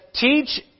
Teach